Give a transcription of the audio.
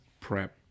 prep